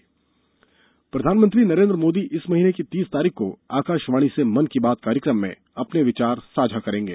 मन की बात प्रधानमंत्री नरेन्द्र मोदी इस महीने की तीस तारीख को आकाशवाणी से मन की बात कार्यक्रम में अपने विचार साझा करेंगे